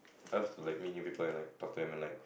I love to like meet new people and like talk to them and like